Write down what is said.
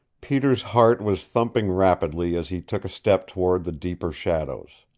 peter's heart was thumping rapidly as he took a step toward the deeper shadows.